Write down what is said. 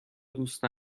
دوست